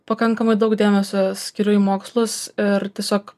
pakankamai daug dėmesio skiriu į mokslus ir tiesiog